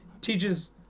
teaches